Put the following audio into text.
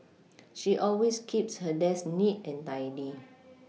she always keeps her desk neat and tidy